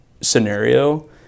scenario